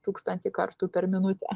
tūkstantį kartų per minutę